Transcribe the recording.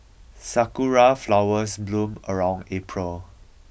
sakura flowers bloom around April